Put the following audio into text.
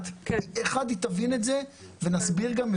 היא תבין את זה וגם נסביר.